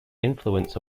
influence